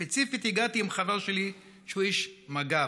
ספציפית הגעתי עם חבר שלי, שהוא איש מג"ב,